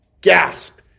gasp